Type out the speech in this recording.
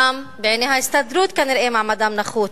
כנראה גם בעיני ההסתדרות מעמדם נחות.